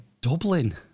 Dublin